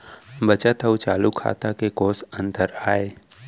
बचत अऊ चालू खाता में कोस अंतर आय?